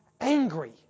angry